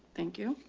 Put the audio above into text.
thank you.